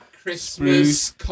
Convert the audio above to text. Christmas